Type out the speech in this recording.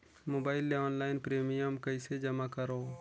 Mobile ले online premium कइसे जमा करों?